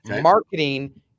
Marketing